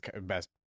best